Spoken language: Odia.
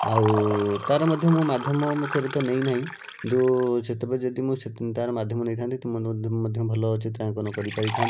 ଆଉ ତା'ର ମଧ୍ୟ ମୁଁ ମାଧ୍ୟମ କେବେ ତ ନେଇନାହିଁ କିନ୍ତୁ ସେତେବେଳେ ଯଦି ମୁଁ ସେ ତ ତା'ର ମାଧ୍ୟମ ନେଇଥାନ୍ତି ମଧ୍ୟ ଭଲ ଚିତ୍ରାଙ୍କନ କରିପାରିଥାନ୍ତି